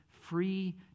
free